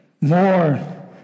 more